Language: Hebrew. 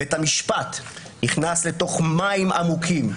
בית המשפט נכנס לתוך מים עמוקים,